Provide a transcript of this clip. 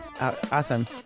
Awesome